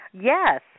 Yes